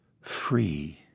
Free